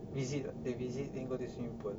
visit they visit they go to swimming pool